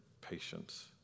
patience